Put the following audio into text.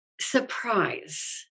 surprise